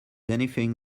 anything